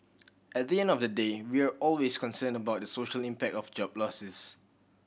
at the end of the day we're always concerned about the social impact of job losses